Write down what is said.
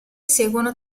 seguono